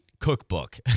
cookbook